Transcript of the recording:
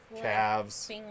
calves